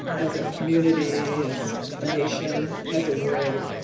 as a community, as a nation, as a world,